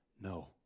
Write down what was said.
No